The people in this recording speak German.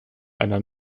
einer